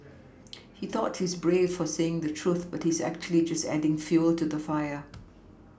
he thought he's brave for saying the truth but he's actually just adding fuel to the fire